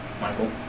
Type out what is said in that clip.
Michael